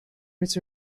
was